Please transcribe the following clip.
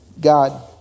God